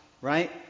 right